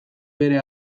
bere